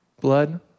Blood